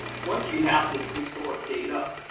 once you have this historic data,